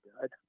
good